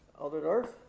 alder dorff.